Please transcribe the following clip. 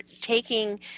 taking